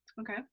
okay